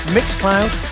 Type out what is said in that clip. Mixcloud